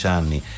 anni